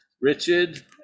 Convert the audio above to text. Richard